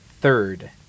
third